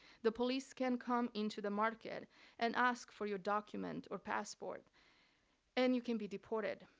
the police can come into the market and ask for your document or passport and you can be deported.